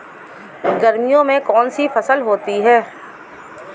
गर्मियों में कौन कौन सी फसल होती है?